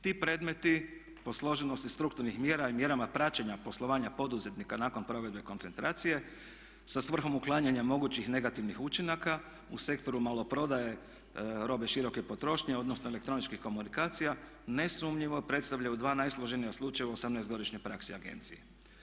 Ti predmeti po složenosti strukturnih mjera i mjerama praćenja poslovanja poduzetnika nakon provedbe koncentracije sa svrhom uklanjanja mogućih negativnih učinaka u sektoru maloprodaje robe široke potrošnje odnosno elektroničkih komunikacija ne sumnjivo predstavljaju dva najsloženija slučaja u 18 godišnjoj praksi agencije.